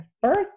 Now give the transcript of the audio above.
first